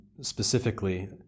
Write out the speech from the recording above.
specifically